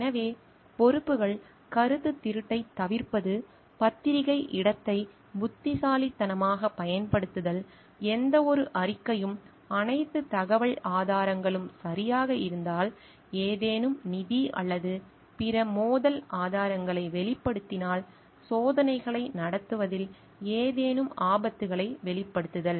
எனவே பொறுப்புகள் கருத்துத் திருட்டைத் தவிர்ப்பது பத்திரிகை இடத்தை புத்திசாலித்தனமாகப் பயன்படுத்துதல் எந்தவொரு அறிக்கையும் அனைத்து தகவல் ஆதாரங்களும் சரியாக இருந்தால் ஏதேனும் நிதி அல்லது பிற மோதல் ஆதாரங்களை வெளிப்படுத்தினால் சோதனைகளை நடத்துவதில் ஏதேனும் ஆபத்துகளை வெளிப்படுத்துதல்